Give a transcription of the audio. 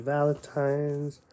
Valentine's